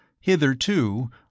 Hitherto